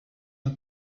the